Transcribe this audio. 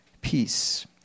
Peace